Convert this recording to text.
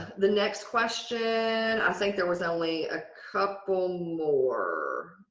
the next question, i think there was only a couple more.